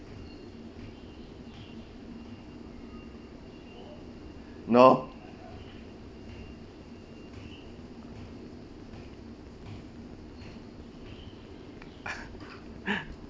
no